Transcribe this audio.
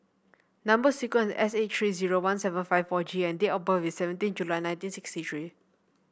number sequence is S eight three zero one seven five four G and date of birth is seventeen July nineteen sixty three